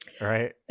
right